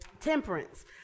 Temperance